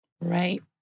Right